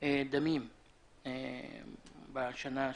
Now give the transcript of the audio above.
דמים בשנה האחרונה.